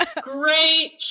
great